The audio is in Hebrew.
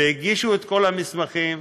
והגישו את כל המסמכים.